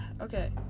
Okay